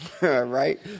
Right